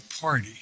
party